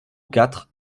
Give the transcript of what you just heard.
quatre